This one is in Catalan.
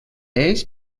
ells